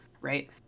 right